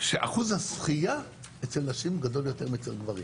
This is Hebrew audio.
שאחוז הזכייה אצל נשים הוא גדול יותר מאצל גברים.